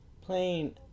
playing